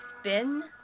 spin